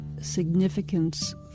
significance